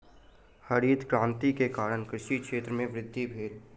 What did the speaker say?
हरित क्रांति के कारण कृषि क्षेत्र में वृद्धि भेल